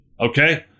okay